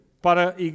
para